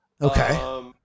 Okay